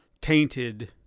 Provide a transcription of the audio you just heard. tainted